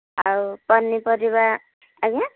ଆଉ ପନିପରିବା ଆଜ୍ଞା